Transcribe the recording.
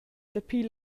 dapi